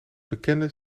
bekende